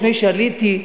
לפני שעליתי,